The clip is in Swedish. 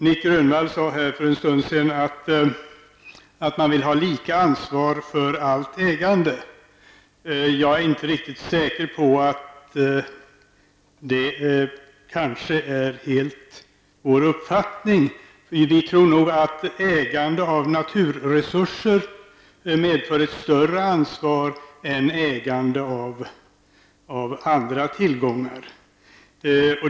Nic Grönvall sade för en stund sedan att man vill ha lika ansvar för allt ägande. Jag är inte riktigt säker på att det är vår uppfattning. Vi tror nog att ägande av naturresurser medför ett större ansvar än ägande av andra tillgångar.